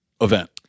event